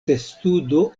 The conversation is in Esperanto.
testudo